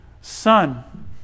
son